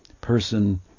person